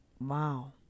Wow